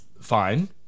Fine